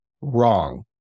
wrong